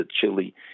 chile